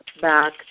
back